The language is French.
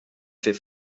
fait